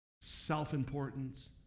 Self-importance